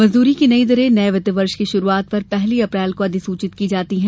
मजदूरी की नई दरें नए वित्त् वर्ष की शुरूआत पर पहली अप्रैल को अधिसूचित की जाती हैं